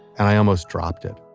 and i almost dropped it.